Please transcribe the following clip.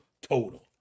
total